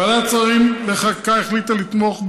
ועדת שרים לחקיקה החליטה לתמוך,